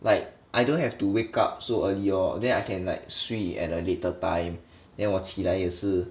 like I don't have to wake up so early or then I can like 睡 at a later time then 我起来也是